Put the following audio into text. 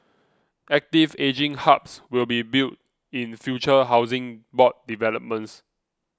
active ageing hubs will be built in future Housing Board developments